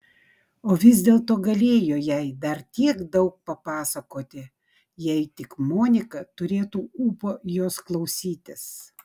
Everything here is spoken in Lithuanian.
o vis dėlto galėjo jai dar tiek daug papasakoti jei tik monika turėtų ūpo jos klausytis